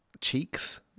Cheeks